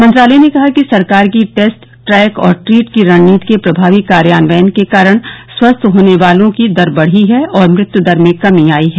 मंत्रालय ने कहा कि सरकार की टेस्ट ट्रैक और ट्रीट की रणनीति के प्रभावी कार्यान्वयन के कारण स्वस्थ होने वालों की दर बढी है और मृत्यू दर में कमी आई है